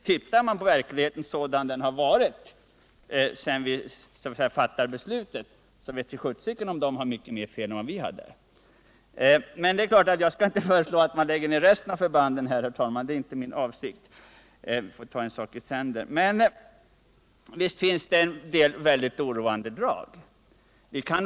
Tittar man på verkligheten sådan den har varit sedan vi fattade beslutet, så vete sjutton om de har mycket mer fel än vi hade. Men jag skall inte föreslå att man lägger ned resten av förbanden, herr talman. Det är inte min avsikt. Vi får ta en sak i sänder. Men visst finns det en del oroande drag.